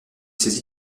saisi